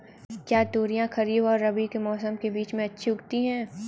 क्या तोरियां खरीफ और रबी के मौसम के बीच में अच्छी उगती हैं?